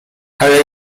ale